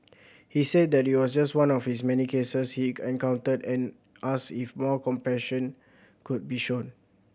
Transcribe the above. he said that it was just one of its many cases he encountered and asked if more compassion could be shown